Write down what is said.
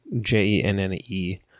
J-E-N-N-E